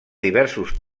diversos